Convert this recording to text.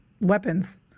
weapons